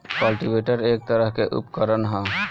cultivator एक तरह के उपकरण ह